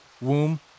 womb